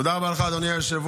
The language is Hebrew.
תודה רבה לך, אדוני היושב-ראש.